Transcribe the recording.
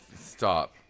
Stop